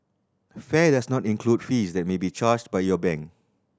fare does not include fees that may be charged by your bank